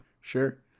Sure